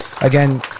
Again